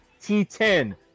T10